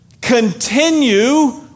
continue